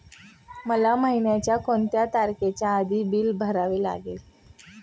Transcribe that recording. मला महिन्याचा कोणत्या तारखेच्या आधी बिल भरावे लागेल?